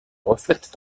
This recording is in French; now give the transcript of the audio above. reflètent